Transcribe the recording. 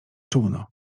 czółno